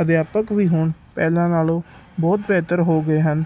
ਅਧਿਆਪਕ ਵੀ ਹੁਣ ਪਹਿਲਾਂ ਨਾਲੋਂ ਬਹੁਤ ਬਿਹਤਰ ਹੋ ਗਏ ਹਨ